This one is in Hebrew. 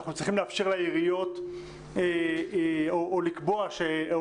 אנחנו צריכים לאפשר לעיריות או לקבוע או